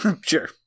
Sure